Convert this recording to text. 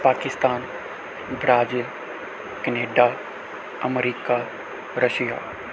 Pakistan Brazil Canada America Russia